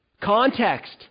Context